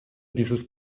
dieses